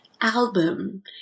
album